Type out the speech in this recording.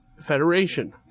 Federation